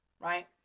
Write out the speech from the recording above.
right